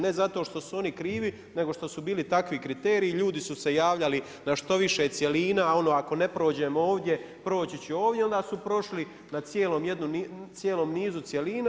Ne zato što su oni krvi, nego što su bili takvi kriteriji i ljudi su se javljali, na što više cjelina, ono ako ne prođemo ovdje, proći ću ovdje, onda su prošli na cijelom jednom nizu cjelina.